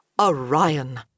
ORION